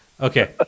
Okay